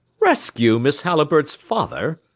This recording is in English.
rescue miss halliburtt's father?